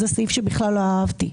זה סעיף שבכלל לא אהבתי.